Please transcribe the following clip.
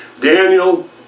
Daniel